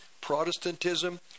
Protestantism